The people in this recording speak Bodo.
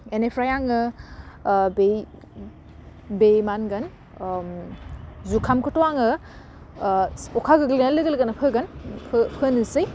बेनिफ्राय आङो बै बै मा होनगोन अम जुखामखौथ' आङो अखा गोग्लैगोन लोगो लोगोनो फोगोन फोनोसै